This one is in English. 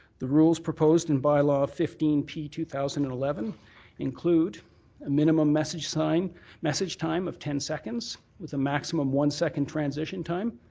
the rules proposed in bylaw fifteen p two thousand and eleven include a minimum message time message time of ten seconds with a maximum one second transition time.